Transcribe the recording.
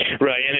Right